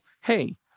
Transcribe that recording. hey